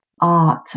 art